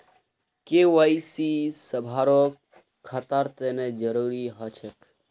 KYC सभारो खातार तने जरुरी ह छेक